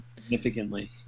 significantly